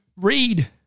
read